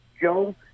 Joe